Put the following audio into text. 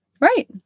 Right